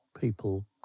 people